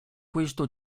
questo